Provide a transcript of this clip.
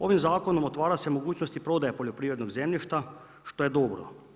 Ovim zakonom otvara se mogućnost i prodaje poljoprivrednog zemljišta što je dobro.